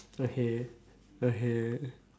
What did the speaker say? okay okay